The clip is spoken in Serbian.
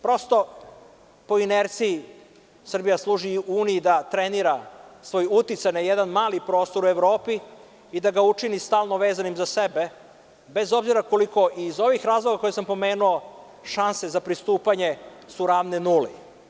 Prosto, po inerciji Srbija služi Uniji da trenira svoj uticaj na jedan mali prostor u Evropi i da ga učini stalno vezanim za sebe, bez obzira koliko su i iz ovih razloga koje sam pomenuo šanse za pristupanje ravne nuli.